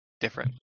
different